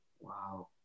Wow